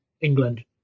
England